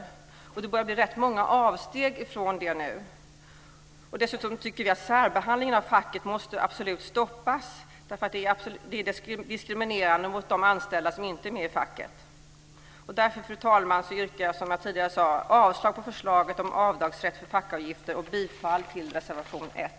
Det börjar nämligen bli rätt många avsteg från det nu. Dessutom tycker vi att särbehandlingen av facket absolut måste stoppas eftersom sådant är diskriminerande gentemot anställda som inte är med i facket. Därför, fru talman, yrkar jag, som sagt, avslag på förslaget om avdragsrätt för fackavgifter samt bifall till reservation 1.